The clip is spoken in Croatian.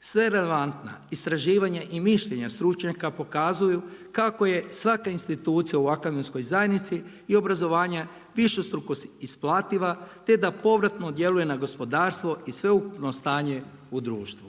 Sve relevantna istraživanja i mišljenja stručnjaka pokazuju kako je svaka institucija u akademskoj zajednici i obrazovanja višestruko isplativa te da povratno djeluje na gospodarstvo i sveukupno stanje u društvu.